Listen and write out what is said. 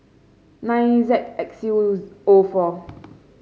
nine Z X U O four